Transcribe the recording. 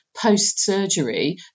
post-surgery